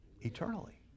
Eternally